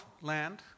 land